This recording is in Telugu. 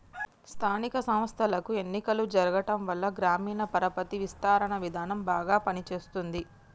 స్థానిక సంస్థలకు ఎన్నికలు జరగటంవల్ల గ్రామీణ పరపతి విస్తరణ విధానం బాగా పని చేస్తుంది